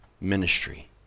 ministry